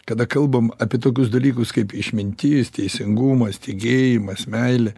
kada kalbam apie tokius dalykus kaip išmintis teisingumas tikėjimas meilė